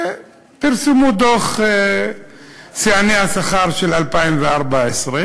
פרסמו דוח שיאני השכר של 2014,